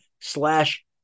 slash